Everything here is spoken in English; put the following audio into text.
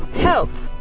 health.